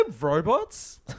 robots